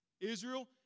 Israel